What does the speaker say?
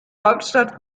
hauptstadt